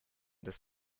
des